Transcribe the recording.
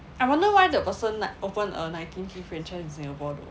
I wonder why the person like open a nineteen tea franchise in singapore though